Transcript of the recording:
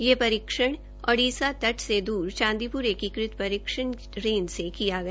यह परीक्षण ओडिसा तट से दूर चांदीपूर एकीकृत परीक्षण रेज़ से किया गया